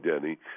Denny